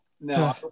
No